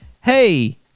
hey